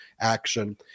Action